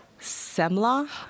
semla